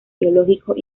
geológicos